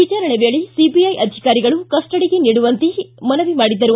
ವಿಚಾರಣೆ ವೇಳೆ ಸಿಬಿಐ ಅಧಿಕಾರಿಗಳು ಕಸ್ಟಡಿಗೆ ನೀಡುವಂತೆ ಮನವಿ ಮಾಡಿದ್ದರು